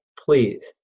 please